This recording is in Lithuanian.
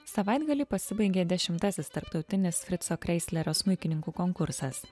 savaitgalį pasibaigė dešimtasis tarptautinis frico kreislerio smuikininkų konkursas